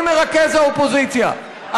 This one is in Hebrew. אדוני מרכז האופוזיציה,